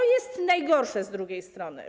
Co jest najgorsze z drugiej strony?